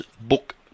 book